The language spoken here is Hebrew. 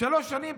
לשלוש שנים,